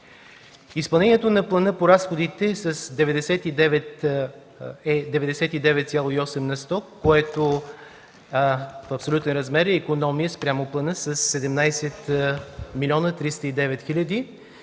Изпълнението на плана по разходите е 99,8 на сто, което в абсолютни размери е икономия спрямо плана със 17 млн. 309 хил.